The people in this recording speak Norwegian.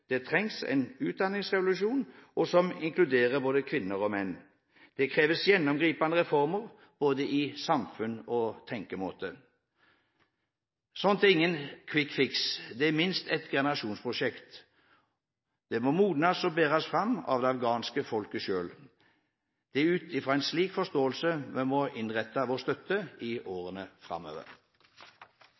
Det trengs en utdanningsrevolusjon som inkluderer både kvinner og menn, og det kreves gjennomgripende reformer i både samfunn og tenkemåte. Slikt er ingen «quick fix». Det er minst et generasjonsprosjekt. Det må modnes og bæres fram av det afghanske folket selv. Det er ut fra en slik forståelse vi må innrette vår støtte i årene framover.